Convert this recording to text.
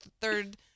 third